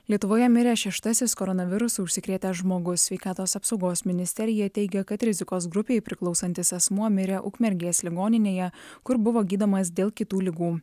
lietuvoje mirė šeštasis koronavirusu užsikrėtęs žmogus sveikatos apsaugos ministerija teigia kad rizikos grupei priklausantis asmuo mirė ukmergės ligoninėje kur buvo gydomas dėl kitų ligų